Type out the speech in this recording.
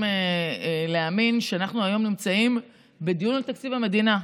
להאמין שאנחנו היום נמצאים בדיון על תקציב המדינה.